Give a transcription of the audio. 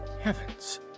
heavens